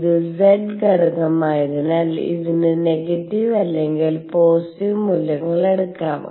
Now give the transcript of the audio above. ഇത് z ഘടകമായതിനാൽ ഇതിന് നെഗറ്റീവ് അല്ലെങ്കിൽ പോസിറ്റീവ് മൂല്യങ്ങൾ എടുക്കാം